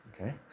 Okay